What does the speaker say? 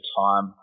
time